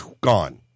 gone